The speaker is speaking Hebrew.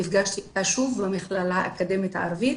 נפגשתי איתה שוב במכללה האקדמית הערבית,